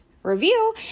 review